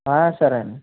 సరే అండి